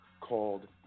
called